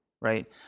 right